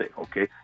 okay